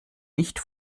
nicht